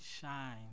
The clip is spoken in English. shine